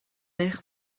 eich